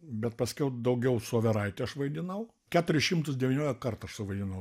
bet paskiau daugiau su overaite aš vaidinau keturis šimtus devyniolika kartų aš suvaidinau